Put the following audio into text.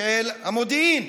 של המודיעין,